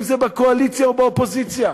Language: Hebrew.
אם בקואליציה או באופוזיציה: